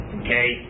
okay